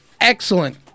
excellent